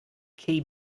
key